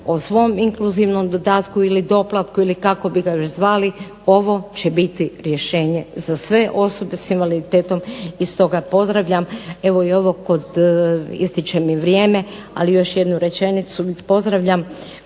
o svom inkluzivnom dodatku ili doplatku ili kako bi ga još zvali ovo će biti rješenje za sve osobe sa invaliditetom. I stoga pozdravljam evo i kod, ističem i vrijeme. Ali još jednu rečenicu pozdravljam